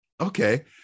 okay